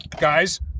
Guys